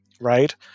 right